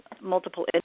multiple